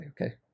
okay